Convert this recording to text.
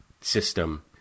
system